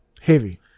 heavy